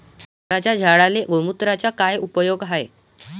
संत्र्याच्या झाडांले गोमूत्राचा काय उपयोग हाये?